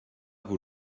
vous